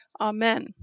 Amen